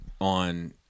on